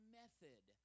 method